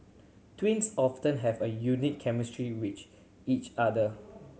twins often have a unique chemistry which each other